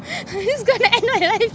I'm just going to end my life